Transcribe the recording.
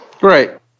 Right